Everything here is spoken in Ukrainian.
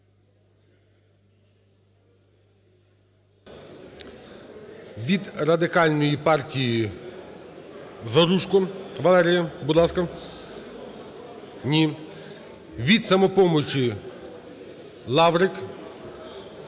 Від Радикальної партії Заружко Валерія, будь ласка. Ні. Від "Самопомочі" Лаврик